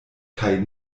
kaj